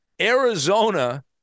Arizona